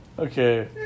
Okay